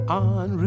on